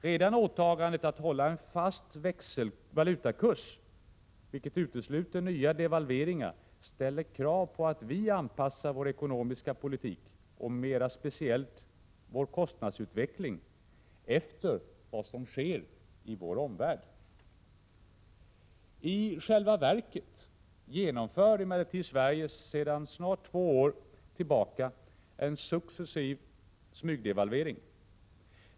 Redan åtagandet att hålla en fast valutakurs, vilket utesluter nya devalveringar, ställer krav på att vi anpassar vår ekonomiska politik — och mera speciellt vår kostnadsutveckling — efter vad som sker i vår omvärld. I själva verket genomför Sverige emellertid sedan snart två år tillbaka en successiv smygdevalvering.